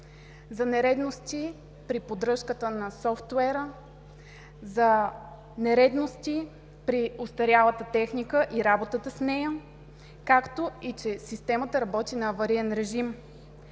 за нередности при поддръжката на софтуера, за нередности при остарялата техника и работата с нея, както и че системата работи на авариен режим.